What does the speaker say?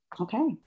Okay